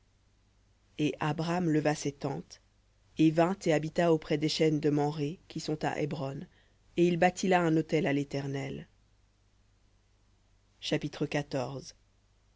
et abram leva ses tentes et vint et habita auprès des chênes de mamré qui sont à hébron et il bâtit là un autel à l'éternel